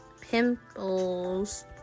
Pimples